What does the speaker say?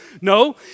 No